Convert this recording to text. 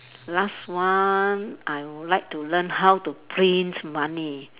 last one I would like to learn how to print money